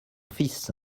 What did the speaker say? fils